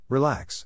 Relax